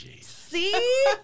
See